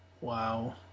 Wow